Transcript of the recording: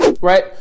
right